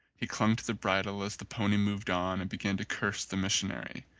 he clung to the bridle as the pony moved on and began to curse the missionary.